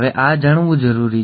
તો આ જાણવું જરૂરી છે